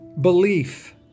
belief